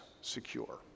secure